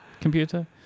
computer